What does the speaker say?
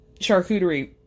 charcuterie